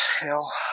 hell